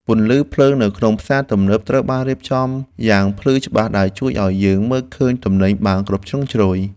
ពន្លឺភ្លើងនៅក្នុងផ្សារទំនើបត្រូវបានរៀបចំយ៉ាងភ្លឺច្បាស់ដែលជួយឱ្យយើងមើលឃើញទំនិញបានគ្រប់ជ្រុងជ្រោយ។